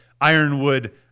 ironwood